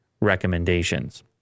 recommendations